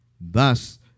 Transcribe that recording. Thus